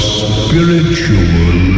spiritual